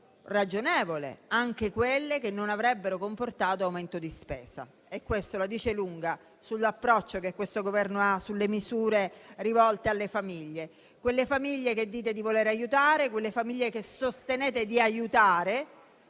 più ragionevole, anche quella che non avrebbe comportato aumento di spesa. E questo la dice lunga sull'approccio che questo Governo ha sulle misure rivolte alle famiglie; quelle famiglie che dite di voler aiutare e sostenete di aiutare